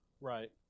right